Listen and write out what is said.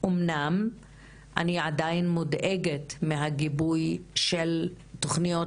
אבל אני עדיין מודאגת מהגיבוי של תוכניות